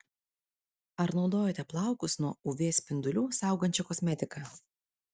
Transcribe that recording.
ar naudojate plaukus nuo uv spindulių saugančią kosmetiką